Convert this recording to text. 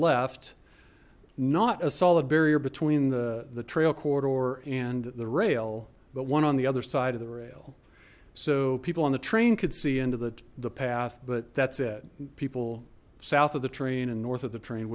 left not a solid barrier between the the trail corridor and the rail but one on the other side of the rail so people on the train could see into the the path but that's it people south of the train and north of the train